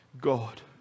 God